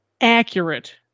accurate